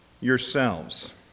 yourselves